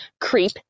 creep